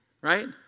Right